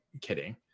kidding